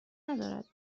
ندارد